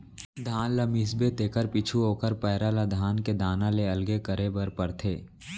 धान ल मिसबे तेकर पीछू ओकर पैरा ल धान के दाना ले अलगे करे बर परथे